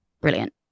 brilliant